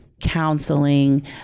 counseling